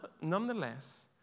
nonetheless